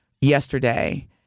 Yesterday